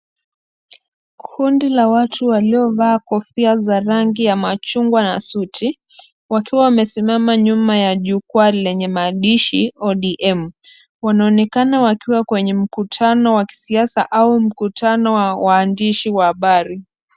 Kundi la watu waliovaa kofia za rangi ya machungwa na suti, wakiwa wamesimama nyuma ya jukwaa lenye maandishi ODM. Wanaonekana wakiwa kwenye mkutano wa kisiasa au mkutano wa waandishi wa habari.